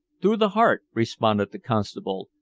through the heart, responded the constable,